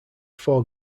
four